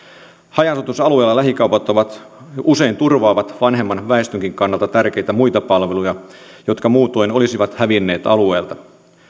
haja asutusalueella lähikaupat usein turvaavat vanhemman väestönkin kannalta tärkeitä muita palveluja jotka muutoin olisivat hävinneet alueelta